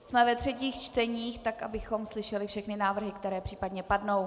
Jsme ve třetích čteních, tak abychom slyšeli všechny návrhy, které případně padnou.